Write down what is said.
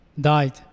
died